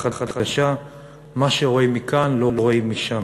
החדשה מה שרואים מכאן לא רואים משם.